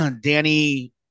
Danny